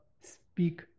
speak